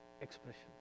expression